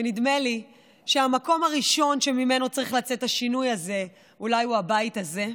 ונדמה לי שהמקום הראשון שממנו צריך לצאת השינוי הזה הוא אולי הבית הזה.